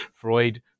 Freud